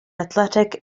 athletic